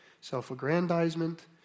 self-aggrandizement